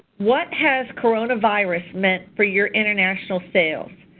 what has coronavirus meant for your international sales?